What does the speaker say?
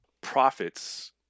Profits